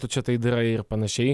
tu čia tai darai ir panašiai